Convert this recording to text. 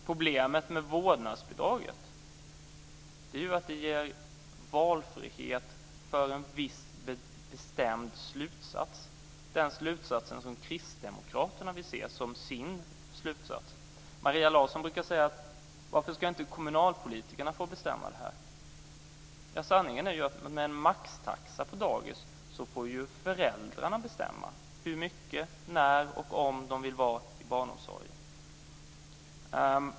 Problemet med vårdnadsbidraget är att det ger valfrihet för en viss bestämd slutsats, nämligen den slutsats som kristdemokraterna vill se som sin slutsats. Maria Larsson brukar undra varför kommunpolitiker inte får bestämma. Sanningen är att med hjälp av en maxtaxa på dagis får föräldrarna bestämma hur mycket, när och om de vill vara med i barnomsorgen.